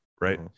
right